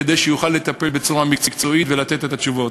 כדי שיוכל לטפל בצורה מקצועית ולתת את התשובות.